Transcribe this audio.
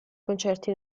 concerti